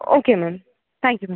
okay ma'am thank you ma'am